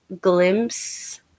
glimpse